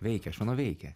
veikia aš manau veikia